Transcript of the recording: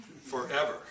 forever